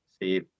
see